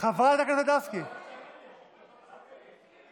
אלה שציפור נפשם לא רק נפגעה, היא נגנבה.